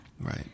Right